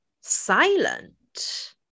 Silent